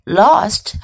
lost